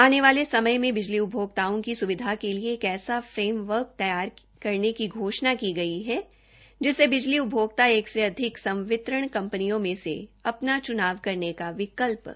आने वाले समय में बिजली उपभोक्ताओं की सुविधा के लिए एक ऐसा फ्रेमवर्क तैयार करने की घोषणा की गई है जिसमे बिजली उपभोक्ताओं एक से अधिक संवितरण कंपनियों में से अपना चुनाव करने का विकल्प रख सके